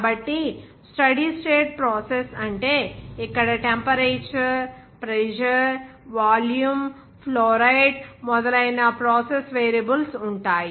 కాబట్టి steady state process అంటే ఇక్కడ టెంపరేచర్ ప్రెజర్ వాల్యూమ్ ఫ్లోరైడ్ మొదలైన ప్రాసెస్ వేరియబుల్స్ ఉంటాయి